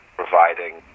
providing